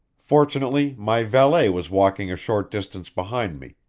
fortunately, my valet was walking a short distance behind me,